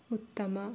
ಉತ್ತಮ